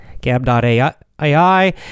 gab.ai